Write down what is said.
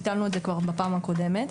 ביטלנו את זה כבר בפעם הקודמת.